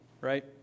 right